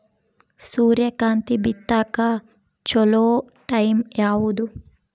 ಸೂರ್ಯಕಾಂತಿ ಬಿತ್ತಕ ಚೋಲೊ ಟೈಂ ಯಾವುದು?